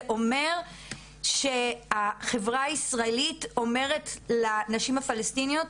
זה אומר שהחברה הישראלית אומרת לנשים הפלשתינאיות